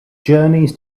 journeys